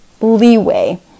leeway